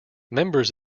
members